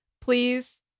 Please